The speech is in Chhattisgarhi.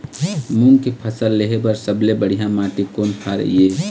मूंग के फसल लेहे बर सबले बढ़िया माटी कोन हर ये?